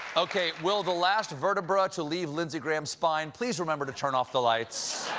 okay, will the last vertebra to leave lindsey graham's spine please remember to turn off the lights?